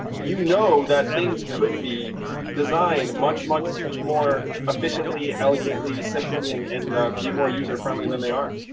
you know that things could be designed much, much much more efficiently, elegantly, simply, and and be more user friendly than they are.